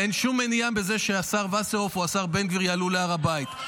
אין שום מניעה בזה שהשר וסרלאוף או השר בן גביר יעלו להר הבית,